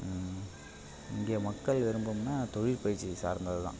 இங்கே மக்கள் விரும்பும்னா தொழிற்பயிற்சி சார்ந்ததுதான்